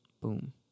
Boom